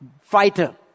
fighter